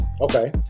Okay